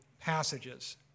passages